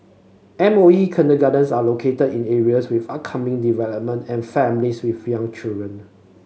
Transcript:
M O E kindergartens are located in areas with upcoming development and families with young children